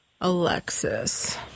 Alexis